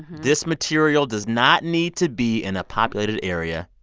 this material does not need to be in a populated area,